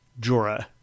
Jorah